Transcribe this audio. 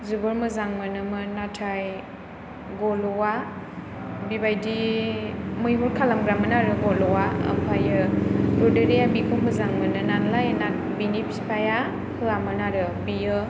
जोबोर मोजां मोनोमोन नाथाय गल'आ बिबायदि मैहुर खालामग्रामोन आरो गल'आ ओमफ्रायो ददेरेया बिखौ मोजां मोनो नालाय नाथाय बिनि बिफाया होयामोन आरो बियो